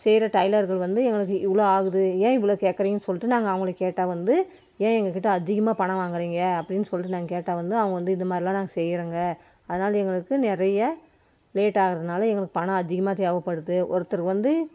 செய்கிற டைலர்கள் வந்து எங்களுக்கு இவ்வளோ ஆகுது ஏன் இவ்வளோ கேட்கறீங்கன்னு சொல்லிட்டு நாங்கள் அவங்கள கேட்டால் வந்து ஏன் எங்கள்கிட்ட அதிகமாக பணம் வாங்குறீங்க அப்படின்னு சொல்லிட்டு நாங்கள் கேட்டால் வந்து அவங்க வந்து இந்த மாதிரிலாம் நாங்கள் செய்கிறோங்க அதனாலே எங்களுக்கு நிறைய லேட் ஆகிறதுனால எங்களுக்கு பணம் அதிகமாக தேவைப்படுது ஒருத்தர் வந்து